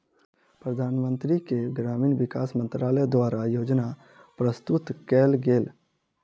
प्रधानमंत्री के ग्रामीण विकास मंत्रालय द्वारा योजना प्रस्तुत कएल गेल